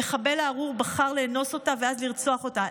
המחבל הארור בחר לאנוס אותה ואז לרצוח אותה.